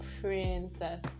princess